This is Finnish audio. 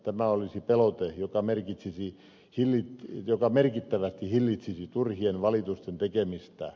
tämä olisi pelote joka merkittävästi hillitsisi turhien valitusten tekemistä